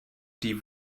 die